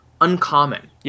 uncommon